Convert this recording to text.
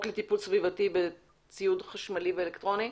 לטיפול סביבתי בציוד חשמל ואלקטרוני.